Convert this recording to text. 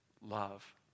love